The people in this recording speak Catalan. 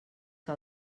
que